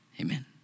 Amen